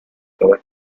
cover